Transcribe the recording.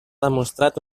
demostrat